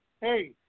hey